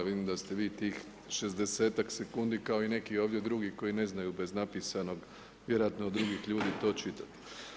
Vidim da ste vi tih 60-ak sekundi kao i neki ovdje drugi koji ne znaju bez napisanog, vjerojatno od drugih ljudi to čitati.